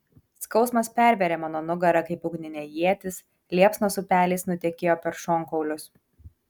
skausmas pervėrė mano nugarą kaip ugninė ietis liepsnos upeliais nutekėjo per šonkaulius